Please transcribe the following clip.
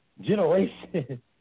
generation